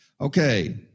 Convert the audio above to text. Okay